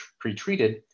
pre-treated